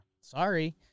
Sorry